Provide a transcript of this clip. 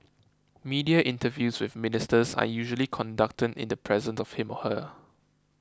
media interviews with Ministers are usually conducted in the presence of him or her